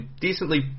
decently